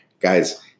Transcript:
Guys